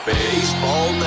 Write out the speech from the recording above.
Baseball